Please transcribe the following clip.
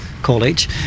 college